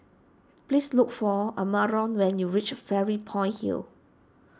please look for Amarion when you reach Fairy Point Hill